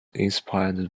inspired